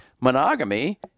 monogamy